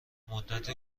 مدتی